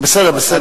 זה בסדר, בסדר.